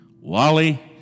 Wally